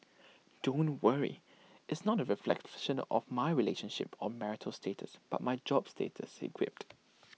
don't worry it's not A reflection of my relationship or marital status but my job status he quipped